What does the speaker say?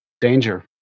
Danger